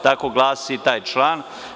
Tako glasi taj član.